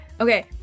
okay